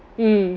mm